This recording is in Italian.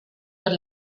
per